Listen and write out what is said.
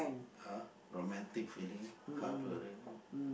!huh! romantic feeling how to